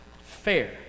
fair